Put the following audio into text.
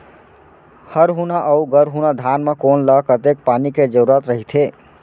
हरहुना अऊ गरहुना धान म कोन ला कतेक पानी के जरूरत रहिथे?